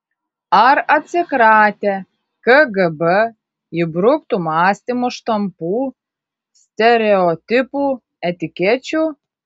ar atsikratę kgb įbruktų mąstymo štampų stereotipų etikečių